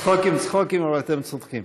צחוקים, צחוקים, אבל אתם צודקים.